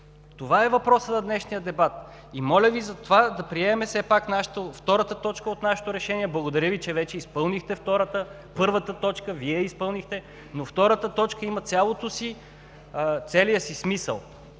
Това е въпросът на днешния дебат. И моля Ви затова да приемем все пак втората точка от нашето решение. Благодаря Ви, че вече изпълнихте първата точка – Вие я изпълнихте, но втората точка има целия си смисъл